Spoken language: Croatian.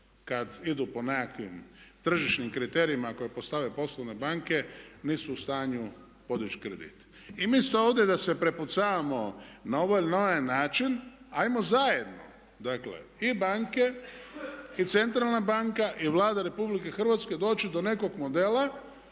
kada idu po nekakvim tržišnim kriterijima koje postavljaju poslovne banke nisu u stanju podići kredit. I umjesto ovdje da se prepucavamo na ovaj ili onaj način ajmo zajedno, dakle i banke i centralna banka i Vlada Republike Hrvatske doći do nekog modela